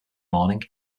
morning